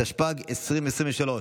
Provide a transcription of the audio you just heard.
התשפ"ג 2023,